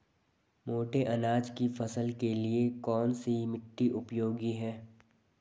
मोटे अनाज की फसल के लिए कौन सी मिट्टी उपयोगी है?